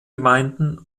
gemeinden